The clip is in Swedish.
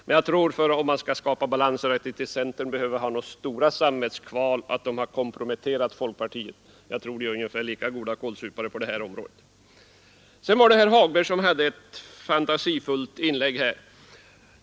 Men jag tror, om vi skall skapa balans, att centern inte behöver ha några stora samvetskval för att ha komprometterat folkpartiet — jag tror de är ungefär lika goda kålsupare på det här området. Herr Hagberg hade ett fantasifullt inlägg.